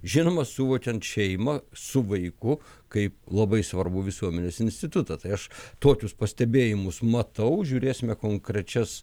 žinoma suvokiant šeimą su vaiku kaip labai svarbu visuomenės institutą tai aš tokius pastebėjimus matau žiūrėsime konkrečias